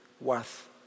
worth